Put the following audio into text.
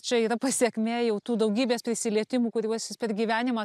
čia yra pasekmė jau tų daugybės prisilietimų kuriuos jis per gyvenimą